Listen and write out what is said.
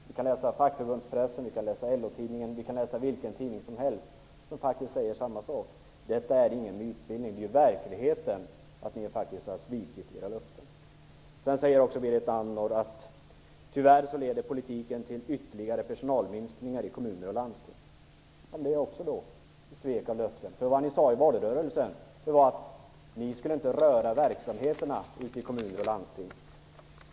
Vi kan läsa fackförbundspressen, LO-tidningen, ja, vilken tidning som helst som säger samma sak. Detta är ingen mytbildning. Det är verkligheten att ni faktiskt har svikit era löften. Sedan säger Berit Andnor att tyvärr leder politiken till ytterligare personalminskningar i kommuner och landsting. Det är också ett svek! I valrörelsen sade ni att ni inte skulle röra verksamheterna ute i kommuner och landsting.